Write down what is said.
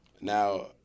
Now